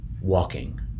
walking